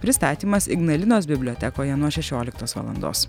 pristatymas ignalinos bibliotekoje nuo šešioliktos valandos